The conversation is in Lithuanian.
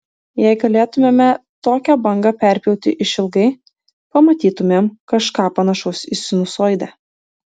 jei galėtumėme tokią bangą perpjauti išilgai pamatytumėm kažką panašaus į sinusoidę